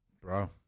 Bro